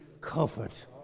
comfort